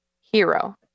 hero